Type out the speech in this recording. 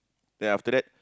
then after that